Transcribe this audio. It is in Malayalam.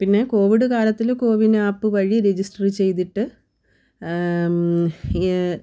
പിന്നെ കോവിഡ് കാലത്തിൽ കോവിൻ ആപ്പ് വഴി രജിസ്റ്റർ ചെയ്തിട്ട്